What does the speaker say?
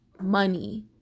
money